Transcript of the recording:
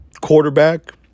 quarterback